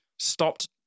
Stopped